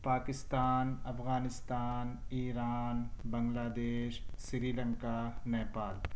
Pakistan Afghanistan Iran Bangladesh Sri Lanka Nepal